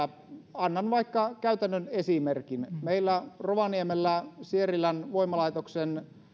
annan vaikka käytännön esimerkin meillä rovaniemellä sierilän voimalaitoksen